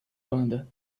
banda